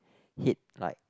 hit like